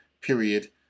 period